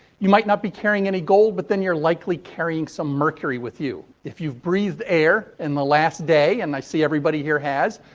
you might not be carrying any gold, but they you're likely carrying some mercury with you. if you've breathed air in the last day, and i see everybody here has,